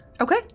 Okay